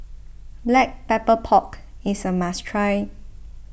Black Pepper Pork is a must try